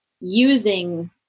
using